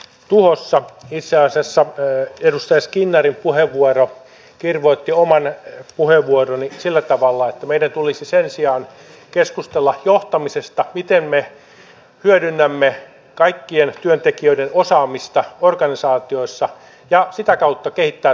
itse asiassa edustaja skinnarin puheenvuoro kirvoitti oman puheenvuoroni sillä tavalla että meidän tulisi sen sijaan keskustella johtamisesta miten me hyödynnämme kaikkien työntekijöiden osaamista organisaatioissa ja sitä kautta kehittää tuottavuutta